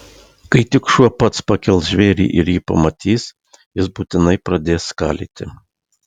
kai tik šuo pats pakels žvėrį ir jį pamatys jis būtinai pradės skalyti